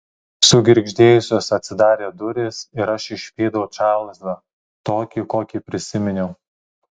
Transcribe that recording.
sugirgždėjusios atsidarė durys ir aš išvydau čarlzą tokį kokį prisiminiau